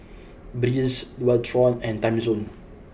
Breeze Dualtron and Timezone